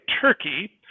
Turkey